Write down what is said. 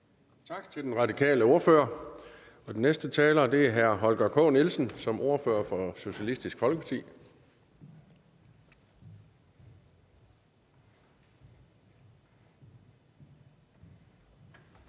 Tak til den radikale ordfører. Den næste taler er hr. Holger K. Nielsen som ordfører for Socialistisk Folkeparti. Kl.